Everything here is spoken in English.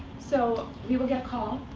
so we will get a call.